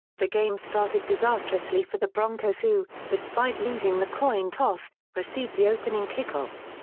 the game started disastrously for the broncos who, despite losing the coin toss, received the opening kickoff.